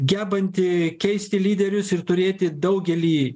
gebanti keisti lyderius ir turėti daugelį